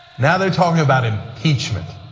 now they are talking about impeachment.